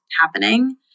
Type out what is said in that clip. happening